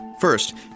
First